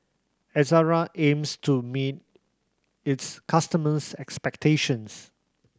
Ezerra aims to meet its customers' expectations